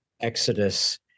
Exodus